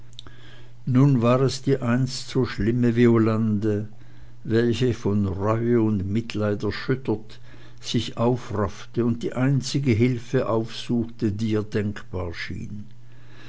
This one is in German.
nun war es die einst so schlimme violande welche von reue und mitleid erschüttert sich aufraffte und die einzige hilfe aufsuchte die ihr denkbar schien